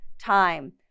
time